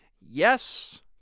Yes